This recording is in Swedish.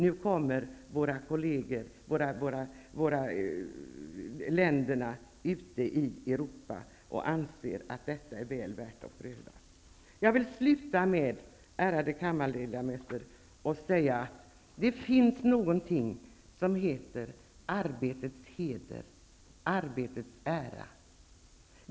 Nu anser man i övriga länder i Europa att det här systemet är väl värt att pröva. Fru talman och ärade kammarledamöter! Jag vill avsluta med att säga att det finns någonting som heter arbetets heder och ära.